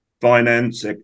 finance